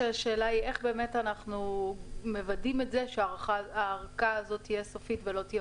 השאלה היא איך אנחנו מוודאים את זה שהארכה הזאת תהיה סופית ולא תהיה